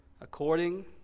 According